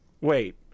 Wait